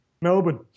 Melbourne